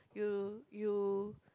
you you